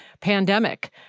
pandemic